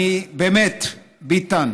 באמת, ביטן,